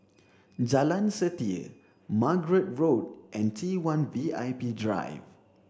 Jalan Setia Margate Road and T one V I P Drive